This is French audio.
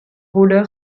roller